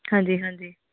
ਹਾਂਜੀ ਹਾਂਜੀ